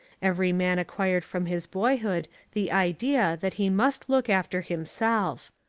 every man acquired from his boyhood the idea that he must look after himself.